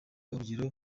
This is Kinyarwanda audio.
urugero